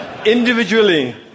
Individually